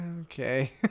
okay